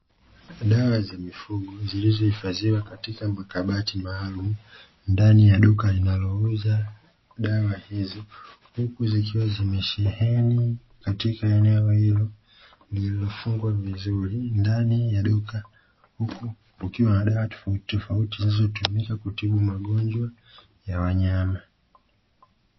Dawa za mifugo zilizohifadhiwa katika makabati maalumu ndani ya duka linalouza dawa hizo, huku zikiwa zimesheheni katika eneo hilo lililofungwa vizuri ndani ya duka, huku kukiwa na dawa tofautitofauti zinazotumika kutibu magonjwa ya wanyama.